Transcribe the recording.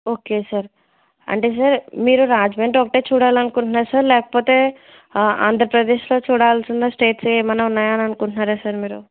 okay sir అంటే sir మీరు రాజమండ్రి ఒకటే చూడాలని అనుకుంటున్నారా సార్ లేకపోతే ఆంధ్రప్రదేశ్లో చూడాల్సిన స్టేట్స్ ఏమైనా ఉన్నాయి అని అనుకుంటున్నారా సార్ మీరు